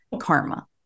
karma